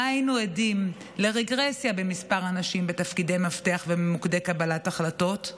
שבה היינו עדים לרגרסיה במספר הנשים בתפקידי מפתח ובמוקדי קבלת ההחלטות,